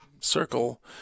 circle